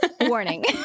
Warning